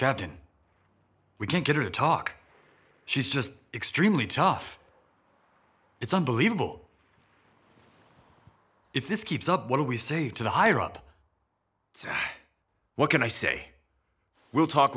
captain we can't get her to talk she's just extremely tough it's unbelievable if this keeps up what do we say to the higher up what can i say we'll talk